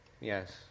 Yes